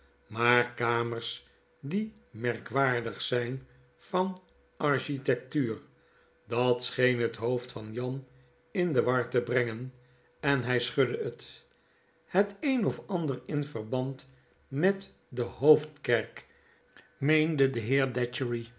maar kamers die merkwaardig zijn van architectuur dat scheen het hoofd van jan in de war te brengen en hij schudde het het een of ander in verband met de hoofdkerk meende de